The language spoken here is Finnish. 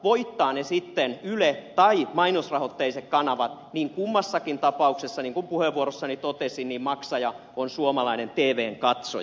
voittaa ne sitten yle tai mainosrahoitteiset kanavat niin kummassakin tapauksessa niin kuin puheenvuorossani totesin maksaja on suomalainen tvn katsoja